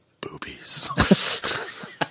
boobies